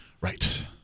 Right